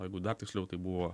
o jeigu dar tiksliau tai buvo